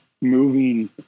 moving